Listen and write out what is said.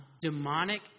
demonic